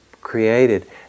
created